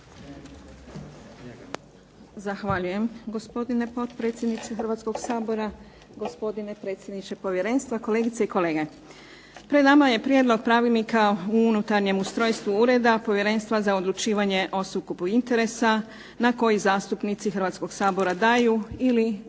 Zahvaljujem gospodine potpredsjedniče Hrvatskog sabora. Gospodine predsjedniče povjerenstva, kolegice i kolege. Pred nama prijedlog pravilnika u unutarnjem ustrojstvu Ureda povjerenstva za odlučivanje o sukobu interesa na koji zastupnici Hrvatskog sabora daju ili